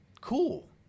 Cool